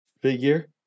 figure